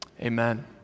Amen